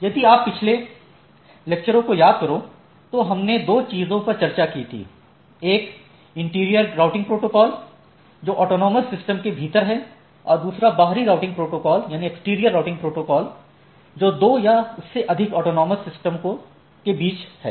यदि आप पिछले लेक्चरों को याद करें तो हमने दो चीजों पर चर्चा की थी एक इंटीरियर राउटिंग प्रोटोकॉल जो ऑटॉनमस सिस्टमों के भीतर हैं और दूसरा बाहरी राउटिंग प्रोटोकॉल जो दो या उससे अधिक ऑटॉनमस सिस्टमो के बीच है